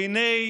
והינה,